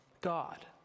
God